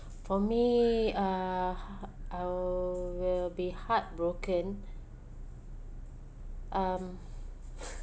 for me uh I will be heartbroken um